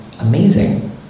amazing